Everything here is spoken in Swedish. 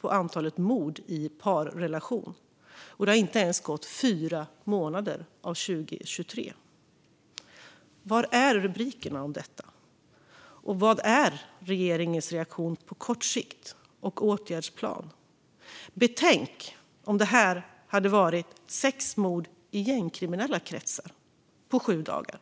för antalet mord i parrelation, och det har inte ens gått fyra månader av 2023. Var är rubrikerna om detta? Var är regeringens reaktion på kort sikt och var är åtgärdsplanen? Betänk att det hade varit sex mord i gängkriminella kretsar på sju dagar!